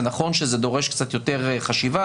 זה נכון שזה דורש קצת יותר חשיבה.